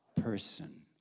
person